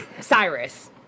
Cyrus